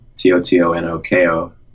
T-O-T-O-N-O-K-O